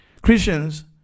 Christians